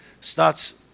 Starts